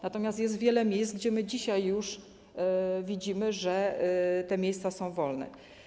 Natomiast jest wiele miejsc, gdzie my dzisiaj już widzimy, że te miejsca są wolne.